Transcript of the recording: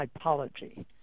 typology